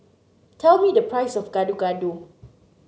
tell me the price of Gado Gado